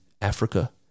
Africa